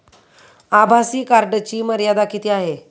आभासी कार्डची मर्यादा किती आहे?